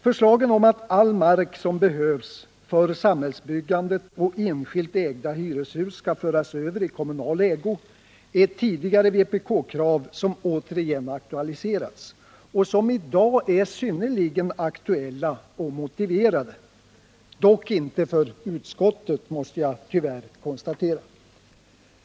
Förslagen att all mark som behövs för samhällsbyggande och enskilt ägda hyreshus skall föras över i kommunal ägo är tidigare vpk-krav som återigen aktualiserats och som i dag är synnerligen aktuella och motiverade — dock inte för utskottet, måste jag tyvärr konstatera.